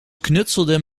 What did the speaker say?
knutselden